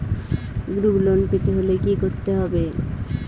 Group loan পেতে হলে কি করতে হবে?